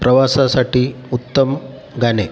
प्रवासासाठी उत्तम गाणे